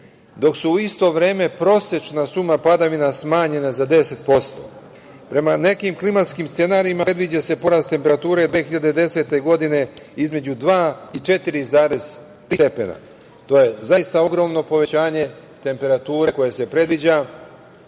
dok je u isto vreme prosečna suma padavina smanjena za 10%. Prema nekim klimatskim scenarijima, predviđa se porast temperature do 2010. godine između 2 i 4,3 stepena. To je zaista ogromno povećanje temperature koje se predviđa,